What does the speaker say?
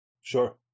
Sure